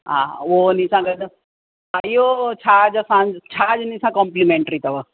हा उहो उनसां गॾु हा इहो छाज असांजो छाज इनसां कॉंप्लीमेंट्री अथव